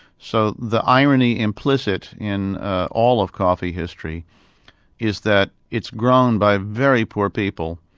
so the irony implicit in all of coffee history is that it's grown by very poor people,